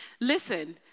Listen